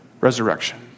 resurrection